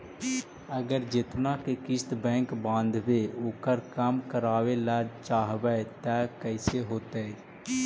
अगर जेतना के किस्त बैक बाँधबे ओकर कम करावे ल चाहबै तब कैसे होतै?